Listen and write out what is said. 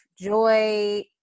joy